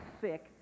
sick